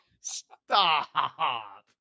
Stop